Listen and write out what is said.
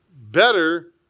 better